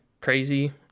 crazy